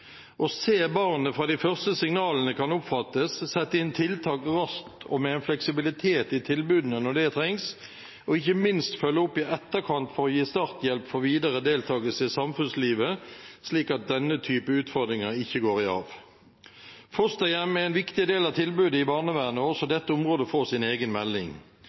– se barnet fra de første signalene kan oppfattes, sette inn tiltak raskt og med en fleksibilitet i tilbudene når det trengs, og ikke minst følge opp i etterkant for å gi starthjelp for videre deltagelse i samfunnslivet, slik at denne typen utfordringer ikke går i arv. Fosterhjem er en viktig del av tilbudet i barnevernet, og også dette området får sin egen melding.